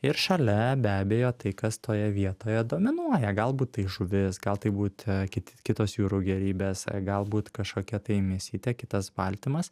ir šalia be abejo tai kas toje vietoje dominuoja galbūt tai žuvis gal tai būt kit kitos jūrų gėrybės galbūt kažkokia tai mėsytė kitas baltymas